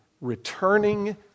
returning